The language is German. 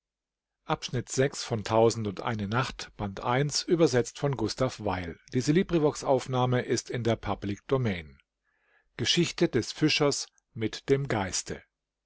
geschichte des fischers